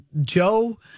Joe